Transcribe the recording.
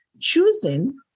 choosing